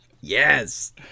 Yes